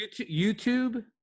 YouTube